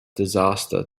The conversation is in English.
disaster